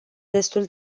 destul